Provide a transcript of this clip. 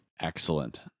Excellent